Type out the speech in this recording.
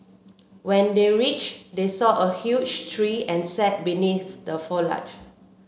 when they reached they saw a huge tree and sat beneath the foliage